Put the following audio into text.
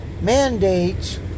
mandates